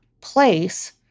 place